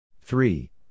three